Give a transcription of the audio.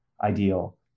ideal